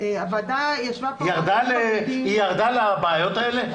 ירדה לבעיות האלה?